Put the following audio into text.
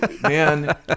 man